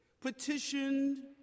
petitioned